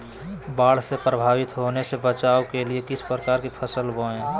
बाढ़ से प्रभावित होने से बचाव के लिए किस प्रकार की फसल बोए?